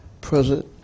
present